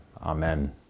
Amen